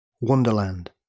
Wonderland